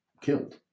killed